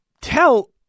tell